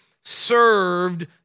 served